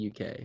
UK